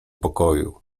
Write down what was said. pokoju